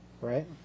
Right